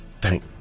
Thank